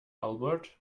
albert